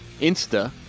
insta